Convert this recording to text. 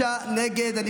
נגד.